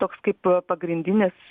toks kaip pagrindinis